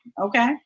okay